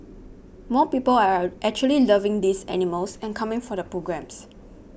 more people are a actually loving these animals and coming for the programmes